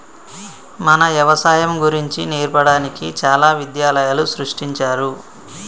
మన యవసాయం గురించి నేర్పడానికి చాలా విద్యాలయాలు సృష్టించారు